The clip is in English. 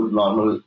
normal